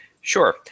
sure